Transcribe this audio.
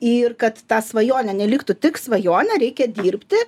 ir kad ta svajonė neliktų tik svajonė reikia dirbti